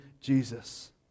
jesus